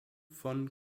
von